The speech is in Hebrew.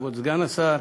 כבוד סגן השר,